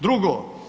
Drugo.